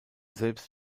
selbst